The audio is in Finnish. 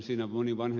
siinä on vain